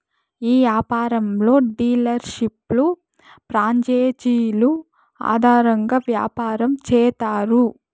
ఈ యాపారంలో డీలర్షిప్లు ప్రాంచేజీలు ఆధారంగా యాపారం చేత్తారు